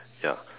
ya